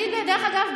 דרך אגב,